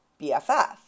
BFF